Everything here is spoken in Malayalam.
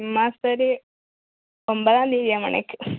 എന്ന ശരി ഒൻപതാം തിയ്യതിയാ മണിക്ക്